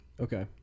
Okay